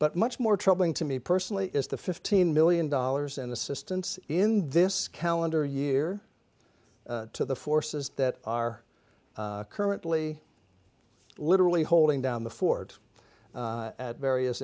but much more troubling to me personally is the fifteen million dollars in assistance in this calendar year to the forces that are currently literally holding down the fort at various